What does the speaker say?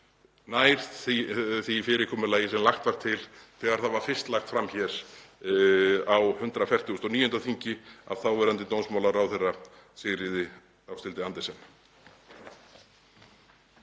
nær því fyrirkomulagi sem lagt var til þegar það var fyrst lagt fram hér á 149. þingi af þáverandi dómsmálaráðherra, Sigríði Ásthildi Andersen.